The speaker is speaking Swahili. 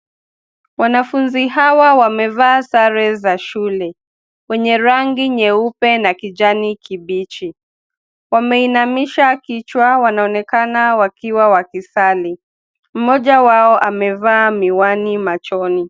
Wanafunzi hawa wamevaa sare za shule ,wenye rangi nyeupe na kijani kibichi. Wameinamisha kichwa wanaonekana wakiwa wakisali. Mmoja wao amevaa miwani machoni.